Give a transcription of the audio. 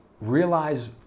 Realize